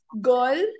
girl